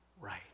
right